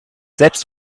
selbst